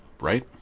right